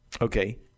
okay